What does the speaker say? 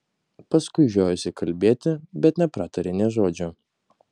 paskui žiojosi kalbėti bet nepratarė nė žodžio